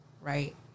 right